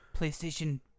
PlayStation